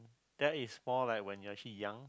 that is more like when you are actually young